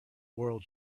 world